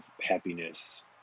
happiness